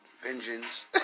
vengeance